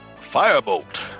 Firebolt